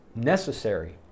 necessary